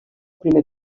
primer